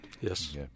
Yes